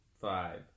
five